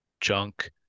junk